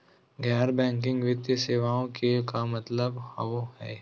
गैर बैंकिंग वित्तीय सेवाएं के का मतलब होई हे?